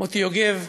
מוטי יוגב,